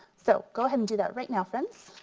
so go ahead and do that right now friends.